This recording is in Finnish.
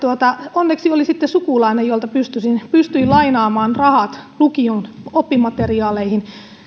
onneksi oli sitten sukulainen jolta pystyin pystyin lainaamaan rahat lukion oppimateriaaleihin